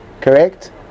Correct